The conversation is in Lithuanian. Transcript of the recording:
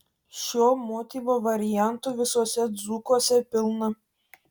šio motyvo variantų visuose dzūkuose pilna